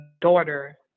daughter